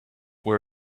were